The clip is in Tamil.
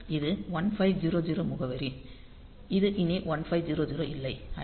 இது 1500 முகவரி இது இனி 1500 இல்லை அடிப்படையில் 6500 ஆகும்